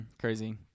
crazy